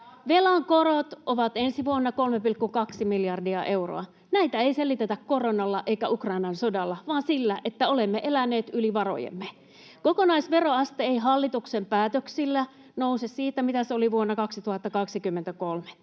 Velan korot ovat ensi vuonna 3,2 miljardia euroa. Näitä ei selitetä koronalla eikä Ukrainan sodalla vaan sillä, että olemme eläneet yli varojemme. [Jouni Ovaska: Panette kansalaiset maksamaan!] Kokonaisveroaste ei hallituksen päätöksillä nouse siitä, mitä se oli vuonna 2023.